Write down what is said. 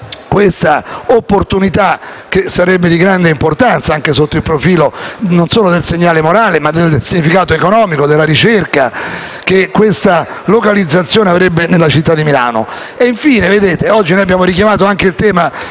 questa opportunità, che sarebbe di grande importanza non solo sotto il profilo del segnale morale, ma anche del significato economico, della ricerca che questa localizzazione avrebbe nella città di Milano. Infine, oggi noi abbiamo richiamato anche il tema